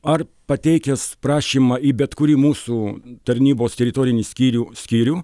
ar pateikęs prašymą į bet kurį mūsų tarnybos teritorinį skyrių skyrių